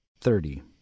Thirty